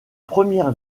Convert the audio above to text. première